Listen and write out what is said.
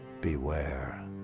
Beware